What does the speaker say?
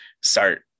start